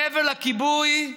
מעבר לכיבוי,